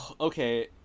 Okay